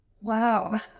Wow